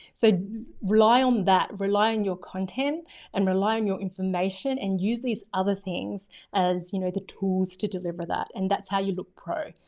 so rely on that. rely on your content and rely on your information and use these other things as you know, the tools to deliver that. and that's how you look pro.